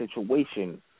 situation